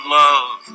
love